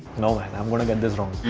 no. i am going to get this wrong.